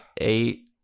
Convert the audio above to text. eight